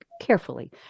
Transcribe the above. carefully